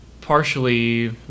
partially